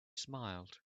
smiled